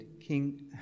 King